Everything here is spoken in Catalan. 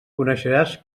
coneixeràs